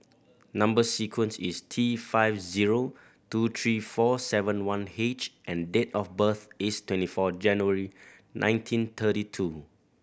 number sequence is T five zero two three four seven one H and date of birth is twenty four January nineteen thirty two